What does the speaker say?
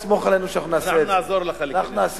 תסמוך עלינו שנעשה את זה, אנחנו נעזור לכם לכנס.